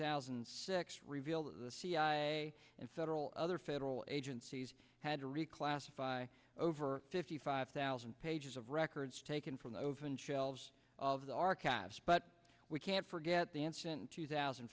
thousand and six revealed that the cia and federal other federal agencies had to reclassify over fifty five thousand pages of records taken from the open shelves of the archives but we can't forget the answer in two thousand